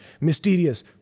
mysterious